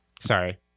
Sorry